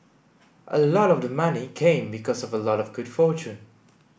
a lot of the money came because of a lot of good fortune